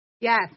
Yes